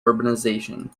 urbanization